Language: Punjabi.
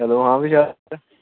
ਹੈਲੋ ਹਾਂ ਵੀ ਵਿਜਾਤ